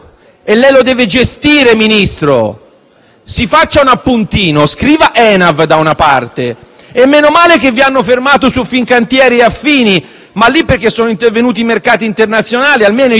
Si faccia un appuntino: scriva ENAV da una parte. E meno male che vi hanno fermato su Fincantieri e affini, ma perché sono intervenuti i mercati internazionali, altrimenti nessuno